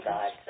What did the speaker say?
God